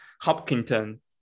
Hopkinton